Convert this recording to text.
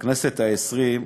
בכנסת העשרים,